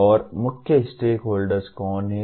और मुख्य स्टेकहोल्डर्स कौन हैं